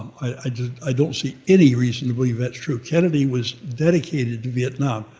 i i don't see any reason to believe that's true. kennedy was dedicated to vietnam.